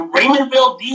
Raymondville